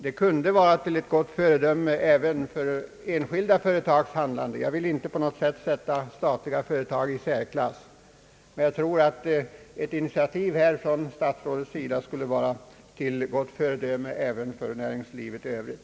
Det kunde vara till ett gott föredöme även för enskilda företag i deras handlande. Jag vill inte sätta statliga företag i särklass, men jag tror ett initiativ från statsrådets sida skulle vara ett gott föredöme för näringslivet i övrigt.